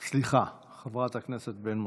סליחה, חברת הכנסת בן משה.